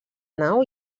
nau